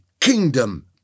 kingdom